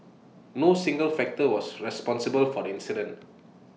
no single factor was responsible for the incident